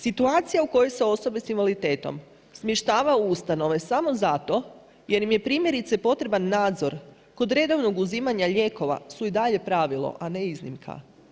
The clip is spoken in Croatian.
Situacije u kojoj su osobe s invaliditetom smještava u ustanove samo zato jer im je primjerice potreban nadzor kod redovnog uzimanja lijekova su i dalje pravilo, a ne i iznimka.